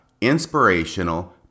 inspirational